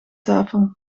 tafel